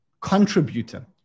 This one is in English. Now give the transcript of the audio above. contributor